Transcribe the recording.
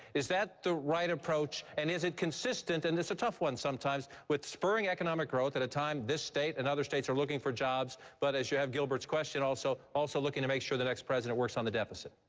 is that the right approach? and is it consistent and it's a tough one sometimes with spurring economic growth at a time this state and other states are looking for jobs? but as you have gilbert's question, also also looking to make sure the next president works on the deficit?